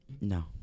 No